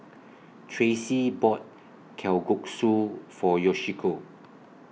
Tracie bought Kalguksu For Yoshiko